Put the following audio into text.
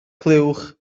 clywch